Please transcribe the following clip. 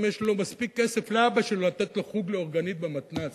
האם יש מספיק כסף לאבא שלו לתת לו חוג לאורגנית במתנ"ס.